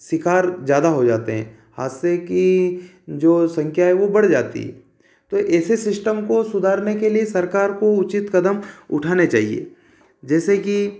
शिकार ज्यादा हो जाते हैं हादसे की जो संख्या है वो बढ़ जाती है तो ऐसे सिश्टम को सुधारने के लिए सरकार को उचित कदम उठाने चाहिए जैसे कि